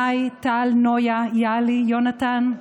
מאי, טל, נויה, יהלי, יונתן,